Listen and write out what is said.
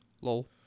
Lol